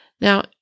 Now